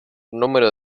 número